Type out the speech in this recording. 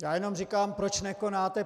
Já jenom říkám, proč nekonáte.